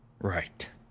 Right